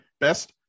best